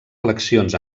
eleccions